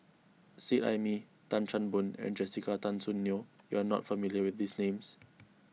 Seet Ai Mee Tan Chan Boon and Jessica Tan Soon Neo you are not familiar with these names